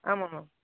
ஆமாம் மேம்